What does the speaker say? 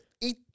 eat